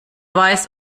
weiß